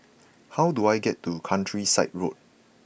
how do I get to Countryside Road